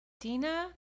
dina